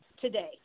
today